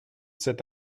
cet